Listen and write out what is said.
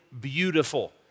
beautiful